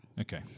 Okay